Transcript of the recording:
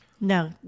No